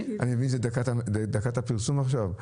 אני מבין שדקת הפרסום עכשיו?